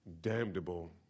damnable